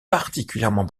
particulièrement